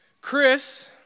Chris